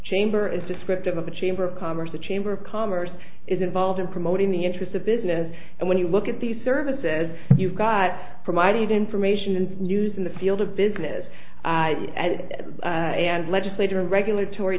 chamber is descriptive of the chamber of commerce the chamber of commerce is involved in promoting the interests of business and when you look at the services you've got provided information and news in the field of business and legislative and regulatory